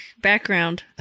background